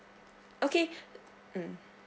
okay mm